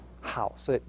house